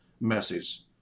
message